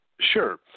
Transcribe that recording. Sure